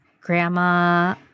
Grandma